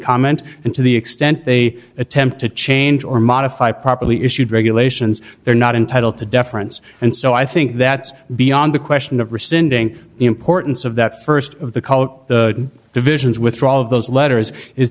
comment and to the extent they attempt to change or modify properly issued regulations they're not entitled to deference and so i think that's beyond the question of rescinding the importance of that st of the cult divisions withdrawal of those letters is